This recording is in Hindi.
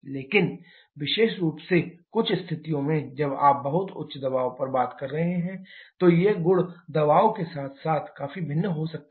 लेकिन विशेष रूप से कुछ स्थितियों में जब आप बहुत उच्च दबाव पर बात कर रहे हैं तो ये गुण दबाव के साथ साथ काफी भिन्न हो सकते हैं